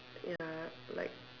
ya like